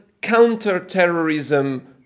counter-terrorism